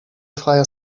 freie